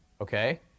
Okay